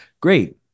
Great